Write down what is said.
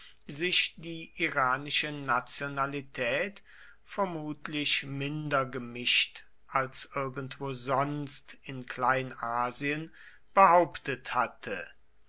sich die iranische nationalität vermutlich minder gemischt als irgendwo sonst in kleinasien behauptet hatte